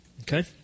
Okay